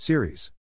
Series